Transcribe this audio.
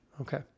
Okay